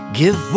give